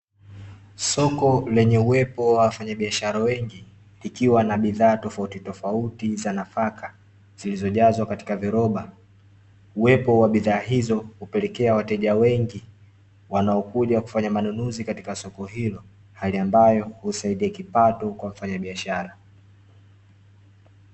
Soko lenye uwepo wa wafanyabiashara wengi likiwa na bidhaa tofauti tofauti za nafaka zilizojazwa katika viroba. Uwepo wa bidhaa hizo hupelekea wateja wengi wanaokuja kufanya manunuzi katika soko hilo, hali ambayo husaidia kipato kwa mfanyabiashara.